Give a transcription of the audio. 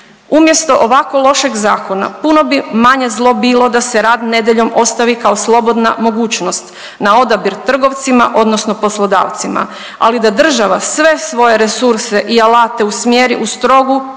Umjesto ovako lošeg zakona puno bi manje zlo bilo da se rad nedjeljom ostavi kao slobodna mogućnost, na odabir trgovcima, odnosno poslodavcima, ali da država sve svoje resurse i alate usmjeri u strogu